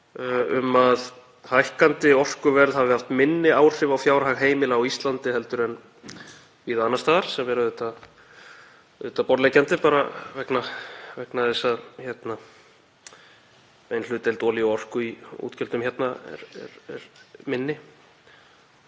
um að hækkandi orkuverð hafi haft minni áhrif á fjárhag heimila á Íslandi en víða annars staðar, sem er auðvitað borðleggjandi vegna þess að hlutdeild olíu og orku í útgjöldum hérna er minni,